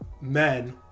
men